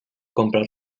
comprar